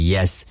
Yes